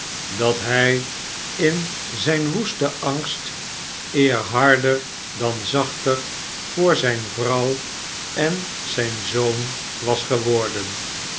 dat hij in zijn woesten angst eer harder dan zachter voor zijne yrouw en zijn zoon was geworden